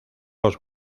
los